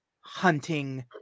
hunting